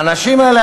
האנשים האלה,